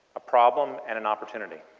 a problem and an opportunity.